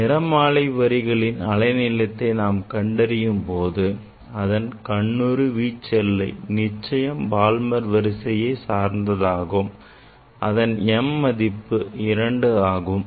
நிறமாலை வரிகளின் அலை நீளத்தை நாம் கண்டறியும் போது அதன் கண்ணுறு வீச்செல்லை நிச்சயம் பால்மர் வரிசையை சார்ந்ததாகும் அதன் m மதிப்பு 2 ஆகும்